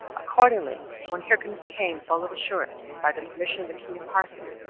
accordingly, when hyrcanus came, full of assurance, by the permission of the king of parthia,